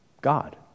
God